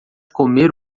comer